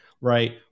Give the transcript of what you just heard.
right